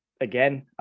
Again